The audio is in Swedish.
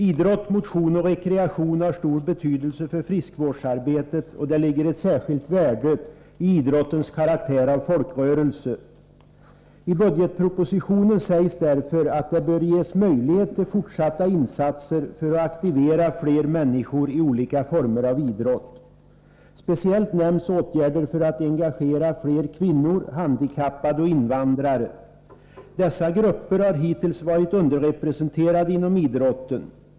Idrott, motion och rekreation har stor betydelse för friskvårdsarbetet, och det ligger ett särskilt värde i idrottens karaktär av folkrörelse. I budgetpropositionen sägs därför att det bör ges möjlighet till fortsatta insatser för att aktivera fler människor i olika former av idrott. Speciellt nämns åtgärder för att engagera fler kvinnor, handikappade och invandrare. Dessa grupper har hittills varit underrepresenterade inom idrotten.